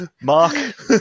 mark